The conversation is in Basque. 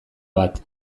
bat